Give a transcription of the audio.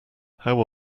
how